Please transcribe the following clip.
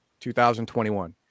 2021